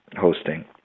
hosting